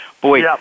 Boy